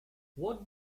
what